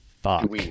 fuck